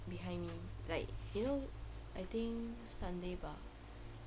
behind me like you know I think sunday bah